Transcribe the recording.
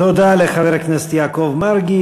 תודה לחבר הכנסת יעקב מרגי.